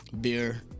beer